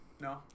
No